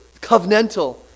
covenantal